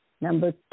Number